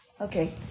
Okay